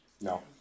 No